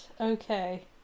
okay